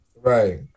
Right